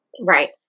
Right